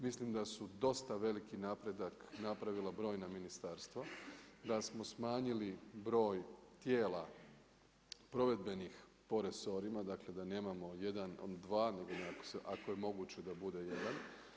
Mislim da su dosta veliki napredak napravila brojna ministarstva, da smo smanjili broj tijela provedbenih po resorima da nemamo jedan … dva nego ako je moguće da bude jedan.